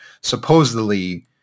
supposedly